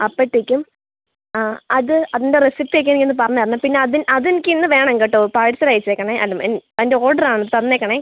അപ്പത്തേക്കും ആ അത് അതിൻ്റെ റെസിപ്പിയൊക്കെ എനിക്കൊന്ന് പറഞ്ഞുതരണേ പിന്നെ അത് അതെനിക്കിന്ന് വേണം കേട്ടോ പാഴ്സൽ അയച്ചേക്കണേ അല്ല എൻ്റെ ഓഡറാണ് തന്നേക്കണേ